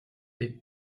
est